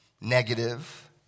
negative